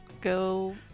go